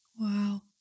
Wow